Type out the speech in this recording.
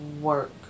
work